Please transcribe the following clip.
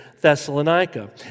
Thessalonica